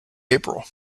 april